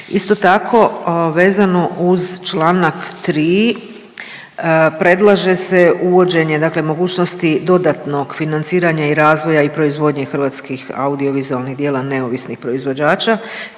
Isto tako vezano uz čl. 3 predlaže se uvođenje dakle mogućnosti dodatnog financiranja i razvoja i proizvodnje hrvatskih audio vizualnih djela neovisnih proizvođača